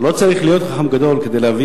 לא צריך להיות חכם גדול כדי להבין